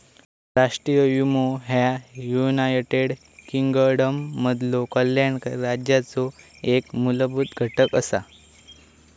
राष्ट्रीय विमो ह्या युनायटेड किंगडममधलो कल्याणकारी राज्याचो एक मूलभूत घटक असा